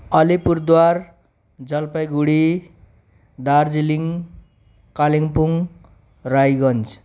Alipurduar Jalpaiguri Darjeeling Kalimpong Raiganj